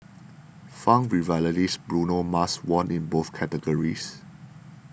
funk revivalist Bruno Mars won in both categories